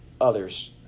others